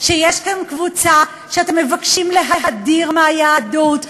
שיש כאן קבוצה שאתם מבקשים להדיר מהיהדות.